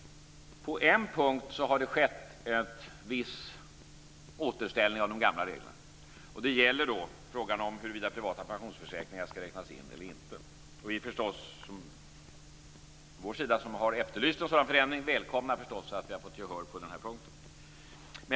På en punkt har det skett en viss återställning av de gamla reglerna, och det gäller frågan huruvida de privata pensionspengarna skall räknas in eller inte. Vi från vår sida som har efterlyst en sådan förändring välkomnar förstås att vi har fått gehör på den här punkten.